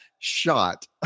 Shot